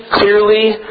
clearly